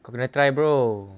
kau kena try bro